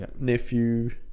nephew